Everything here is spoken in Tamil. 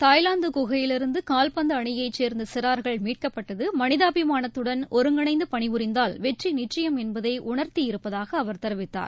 தாய்லாந்து குகையிலிருந்து கால்பந்து அணியைச் சேர்ந்த சிறார்கள் மீட்கப்பட்டது மனிதாபிமானத்துடன் ஒருங்கிணைந்து பணிபுரிந்தால் வெற்றி நிச்சயம் என்பதை உணர்த்தியிருப்பதாக அவர் தெரிவித்தார்